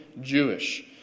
Jewish